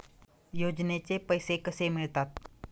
योजनेचे पैसे कसे मिळतात?